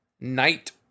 night